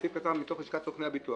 סעיף קצר ממכתב של לשכת סוכני הביטוח.